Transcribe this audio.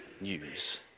news